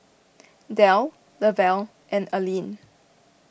Delle Lavelle and Aline